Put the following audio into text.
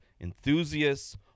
enthusiasts